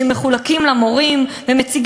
השר,